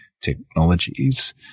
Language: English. technologies